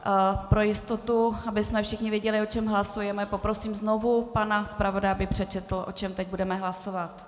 A pro jistotu, abychom všichni věděli, o čem hlasujeme, poprosím znovu pana zpravodaje, aby přečetl, o čem teď budeme hlasovat.